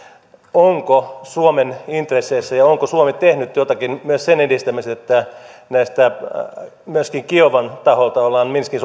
onko suomen intresseissä tehdä ja onko suomi tehnyt jotakin myös sen edistämiseksi että myöskin kiovan taholta ollaan minskin